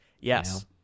Yes